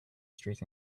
street